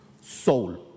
Soul